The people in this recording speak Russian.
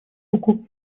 руку